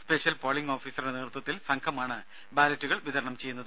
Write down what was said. special polling ഓഫീസറുടെ നേതൃത്വത്തിൽ സംഘമാണ് ബാലറ്റുകൾ വിതരണം ചെയ്യുന്നത്